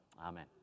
Amen